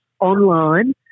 online